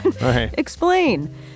explain